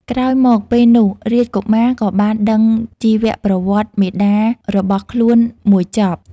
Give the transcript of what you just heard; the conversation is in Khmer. ក្រោយមកពេលនោះ រាជកុមារក៏បានដឹងជីវប្រវត្តិមាតារបសើខ្លួនមួយចប់។